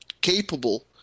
capable